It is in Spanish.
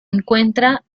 encuentra